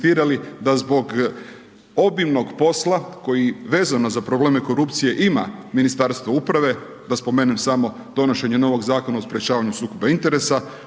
da zbog obimnog posla, koje vezano za probleme korupcije ima Ministarstvo uprave, da spomenem samo donošenje novog Zakona o sprečavanju sukoba interesa,